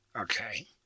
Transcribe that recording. Okay